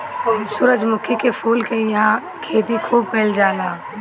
सूरजमुखी के फूल के इहां खेती खूब कईल जाला